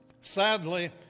sadly